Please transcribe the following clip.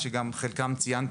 התחבורה,